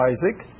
Isaac